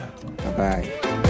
Bye-bye